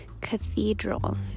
cathedral